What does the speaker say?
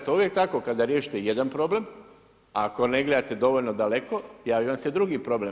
To je uvijek tako, kada riješite jedan problem ako ne gledate dovoljno daleko, javi vam se drugi problem.